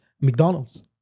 McDonald's